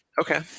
Okay